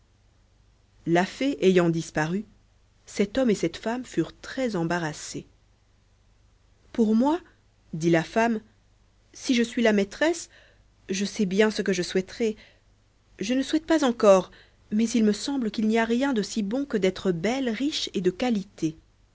la fée ayant disparu cet homme et cette femme furent très embarrassés pour moi dit la femme si je suis la maîtresse je sais bien ce que je souhaiterais je ne souhaite pas encore mais il me semble qu'il n'y a rien de si bon que d'être belle riche et de qualité